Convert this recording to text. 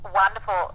wonderful